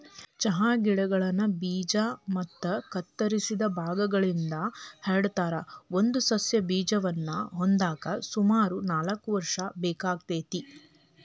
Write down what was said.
ಚಹಾ ಗಿಡಗಳನ್ನ ಬೇಜ ಮತ್ತ ಕತ್ತರಿಸಿದ ಭಾಗಗಳಿಂದ ಹರಡತಾರ, ಒಂದು ಸಸ್ಯ ಬೇಜವನ್ನ ಹೊಂದಾಕ ಸುಮಾರು ನಾಲ್ಕ್ ವರ್ಷ ಬೇಕಾಗತೇತಿ